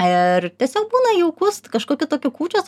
ir tiesiog būna jaukus kažkokio tokio kūčios